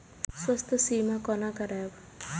स्वास्थ्य सीमा कोना करायब?